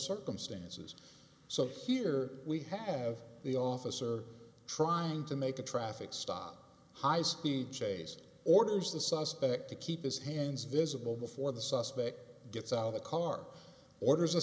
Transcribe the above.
circumstances so here we have the officer trying to make the traffic stop high speed chase orders the suspect to keep his hands visible before the suspect gets out of the car orders